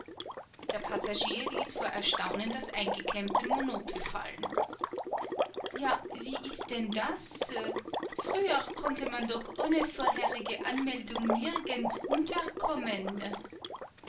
der passagier ließ vor erstaunen das eingeklemmte monokel fallen ja wie ist denn das früher konnte man doch ohne vorherige anmeldung nirgends unterkommen